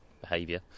behaviour